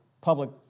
public